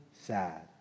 sad